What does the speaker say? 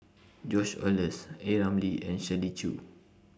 George Oehlers A Ramli and Shirley Chew